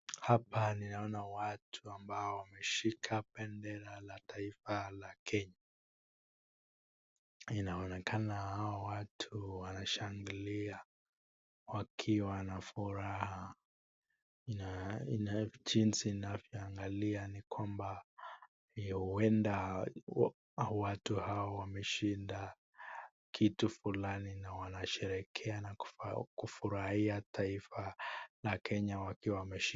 Hapa ninaona watu ambao wameshika bandera la taifa la Kenya. Inaonekana hao watu wanashangilia wakiwa na furaha jinsi ninavyoangalia ni kama huenda watu hawa wameshinda kitu fulani na wanasherehekea na kufurahia taifa la Kenya ,wakiwa wameshika.